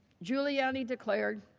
giuliani declared